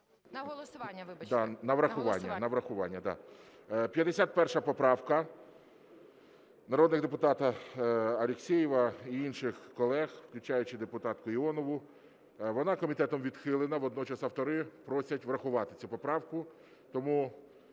На врахування, да. 51 поправка народного депутата Алєксєєва і інших колег, включаючи депутатку Іонову. Вона комітетом відхилена. Водночас автори просять врахувати цю поправку.